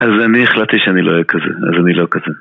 אז אני החלטתי שאני לא אהיה כזה, אז אני לא כזה.